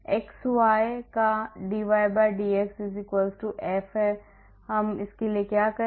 तो हम क्या करें